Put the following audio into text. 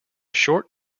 short